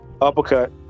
Uppercut